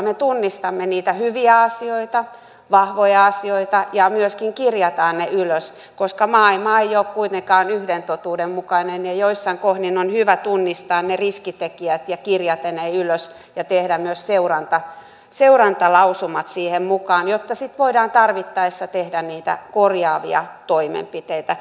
me tunnistamme niitä hyviä asioita vahvoja asioita ja myöskin kirjaamme ne ylös koska maailma ei ole kuitenkaan yhden totuuden mukainen ja joissain kohdin on hyvä tunnistaa ne riskitekijät kirjata ne ylös ja tehdä myös seurantalausumat siihen mukaan jotta sitten voidaan tarvittaessa tehdä niitä korjaavia toimenpiteitä